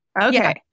Okay